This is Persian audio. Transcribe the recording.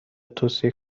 توصیه